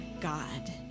God